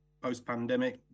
post-pandemic